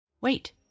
Wait